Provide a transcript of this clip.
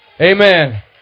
Amen